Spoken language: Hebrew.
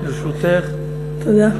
תודה.